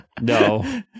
No